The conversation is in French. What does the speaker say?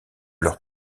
leur